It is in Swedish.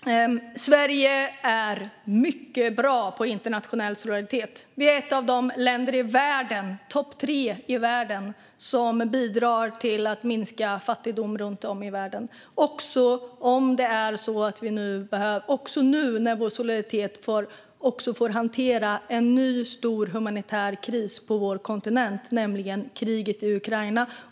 Fru talman! Sverige är mycket bra på internationell solidaritet. Vi är ett av de länder i världen - topp tre - som bidrar till att minska fattigdomen runt om i världen, också nu när vår solidaritet får hantera en ny stor humanitär kris på vår kontinent, nämligen kriget i Ukraina.